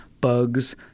bugs